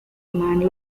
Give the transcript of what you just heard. command